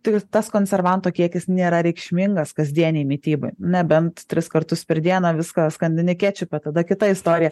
tai tas konservanto kiekis nėra reikšmingas kasdienėj mityboj nebent tris kartus per dieną viską skandini kečupe tada kita istorija